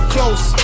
Close